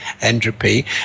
entropy